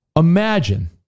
imagine